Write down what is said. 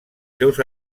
seus